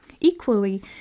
Equally